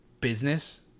business